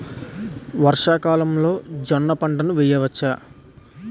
వర్షాకాలంలో జోన్న పంటను వేయవచ్చా?